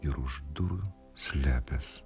ir už durų slepias